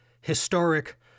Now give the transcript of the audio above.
historic